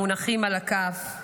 מונחים על הכף,